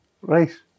right